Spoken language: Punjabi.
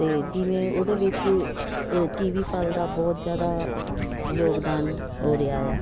ਅਤੇ ਜਿਵੇਂ ਉਹਦੇ ਵਿੱਚ ਕੀਵੀ ਫਲ ਦਾ ਬਹੁਤ ਜ਼ਿਆਦਾ ਯੋਗਦਾਨ ਹੋ ਰਿਹਾ ਆ